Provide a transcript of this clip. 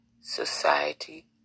society